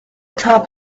top